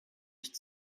nicht